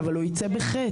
אבל הוא יצא בחטא.